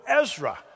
Ezra